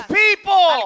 people